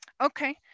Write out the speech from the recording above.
Okay